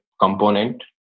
component